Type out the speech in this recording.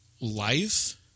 Life